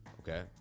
okay